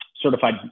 certified